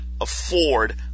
afford